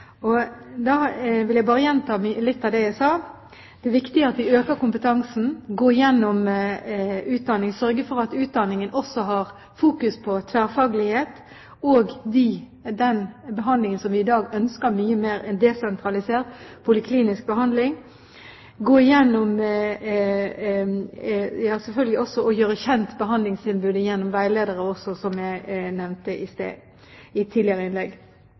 Sjøli. Da vil jeg bare gjenta litt av det jeg sa: Det er viktig å øke kompetansen, sørge for at utdanningen også har fokus på tverrfaglighet og på den behandlingen som vi i dag ønsker mye mer desentralisert – poliklinisk behandling. Det er selvfølgelig også viktig å gjøre behandlingstilbudet kjent gjennom veiledere, som jeg nevnte i et tidligere innlegg.